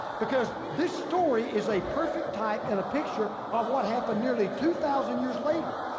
because this story is a perfect type and a picture of what happened nearly two thousand years later.